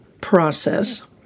process